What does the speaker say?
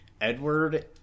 Edward